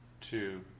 two